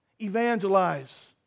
evangelize